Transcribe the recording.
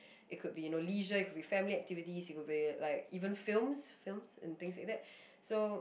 it could be you know leisure it could be family activities it could be like even films films and things like that so